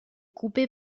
coupée